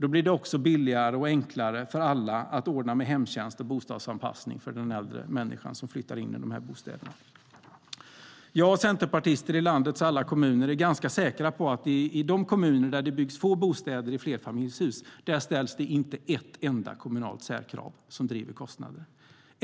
Då blir det också billigare och enklare för alla att ordna med hemtjänst och bostadsanpassning för de äldre människor som flyttar in i bostäderna. Jag och centerpartister i landets kommuner är ganska säkra på att det i de kommuner där det byggs få bostäder i flerfamiljshus ställs det inte ett enda kommunalt särkrav som driver kostnader.